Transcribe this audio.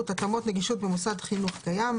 (התאמות נגישות במוסד חינוך קיים),